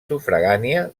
sufragània